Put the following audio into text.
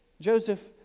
Joseph